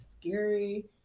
scary